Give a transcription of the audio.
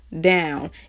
down